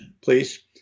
please